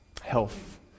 health